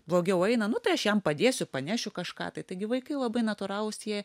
blogiau eina nu tai aš jam padėsiu panešiu kažką tai taigi vaikai labai natūralūs jie